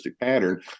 pattern